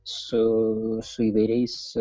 su su įvairiais